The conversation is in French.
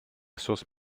sauce